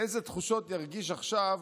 איזה תחושות ירגיש עכשיו